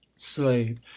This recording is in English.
slave